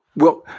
well,